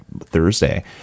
thursday